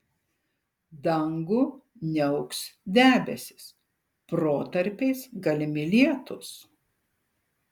dangų niauks debesys protarpiais galimi lietūs